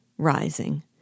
Rising